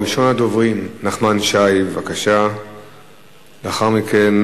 ראשון הדוברים, חבר הכנסת נחמן שי, בבקשה.